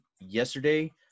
yesterday